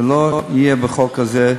זה לא יהיה בחוק הזה.